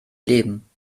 leben